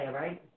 right